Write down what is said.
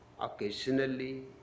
occasionally